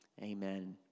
amen